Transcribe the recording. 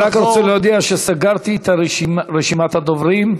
אני רק רוצה להודיע שסגרתי את רשימת הדוברים.